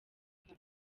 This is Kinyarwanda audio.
bwabo